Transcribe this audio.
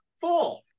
four